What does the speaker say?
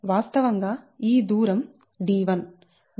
వాస్తవంగా ఈ దూరం d1d1 2